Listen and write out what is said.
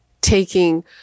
taking